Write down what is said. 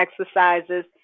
exercises